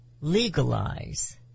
legalize